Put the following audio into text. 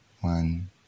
one